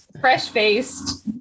fresh-faced